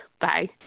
Bye